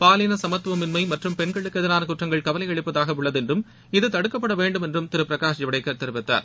பாலின சமத்துவமின்மை மற்றும் பெண்களுக்கு எதிரான குற்றங்கள் கவலை அளிப்பதாக உள்ளது என்றும் இதை தடுக்கப்பட் வேண்டும் என்றும் திரு பிரகாஷ் ஜவடேகர் தெரிவித்தார்